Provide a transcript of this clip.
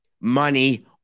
money